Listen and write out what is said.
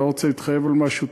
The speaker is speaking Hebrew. אני לא רוצה להתחייב על משהו.